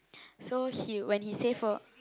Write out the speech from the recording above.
so he when he save her